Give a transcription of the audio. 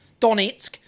Donetsk